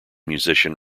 musician